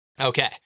Okay